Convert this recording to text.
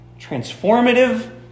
transformative